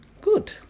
Good